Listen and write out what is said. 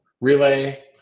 relay